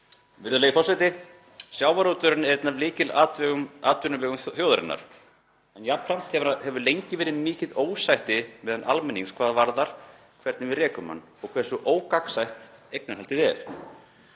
Virðulegi forseti. Sjávarútvegurinn er einn af lykilatvinnuvegum þjóðarinnar en jafnframt hefur lengi verið mikið ósætti meðal almennings hvað það varðar hvernig við rekum hann og hversu ógagnsætt eignarhaldið er.